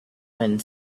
wind